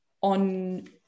on